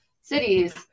cities